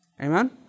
Amen